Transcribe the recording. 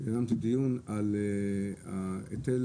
על היטל